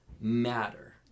matter